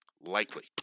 likely